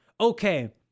okay